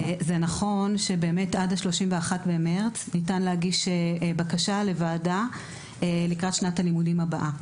זה נכון שעד ה-31 במרץ ניתן להגיש בקשה לוועדה לקראת שנת הלימודים הבאה.